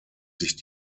sich